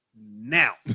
now